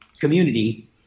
community